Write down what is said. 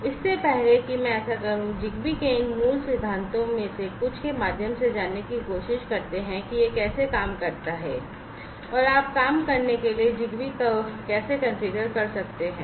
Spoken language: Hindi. तो इससे पहले कि मैं ऐसा करूँ ZigBee के इन मूल सिद्धांतों में से कुछ को जानने की कोशिश करते है कि यह कैसे काम करता है और आप काम करने के लिए ZigBee को कैसे कॉन्फ़िगर कर सकते हैं